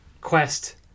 quest